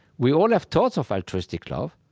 we all have thoughts of altruistic love.